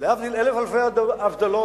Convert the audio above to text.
להבדיל אלף אלפי הבדלות,